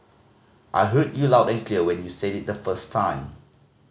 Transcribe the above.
I heard you loud and clear when you said it the first time